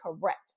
correct